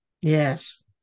Yes